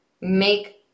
make